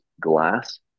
glass